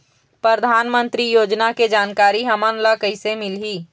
परधानमंतरी योजना के जानकारी हमन ल कइसे मिलही?